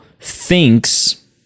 thinks